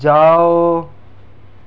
جاؤ